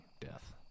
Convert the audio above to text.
death